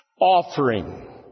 Offering